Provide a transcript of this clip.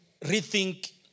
rethink